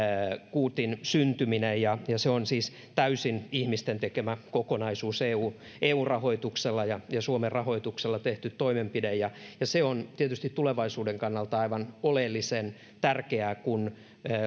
kuutin syntyminen se on siis täysin ihmisten tekemä kokonaisuus eu eu rahoituksella ja ja suomen rahoituksella tehty toimenpide ja ja se on tietysti tulevaisuuden kannalta aivan oleellisen tärkeää kun